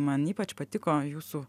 man ypač patiko jūsų